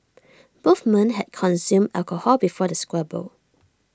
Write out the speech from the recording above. both men had consumed alcohol before the squabble